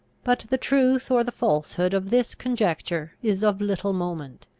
but the truth or the falsehood of this conjecture is of little moment.